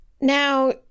Now